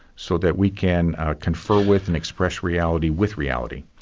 so that we can confer with and express reality with reality.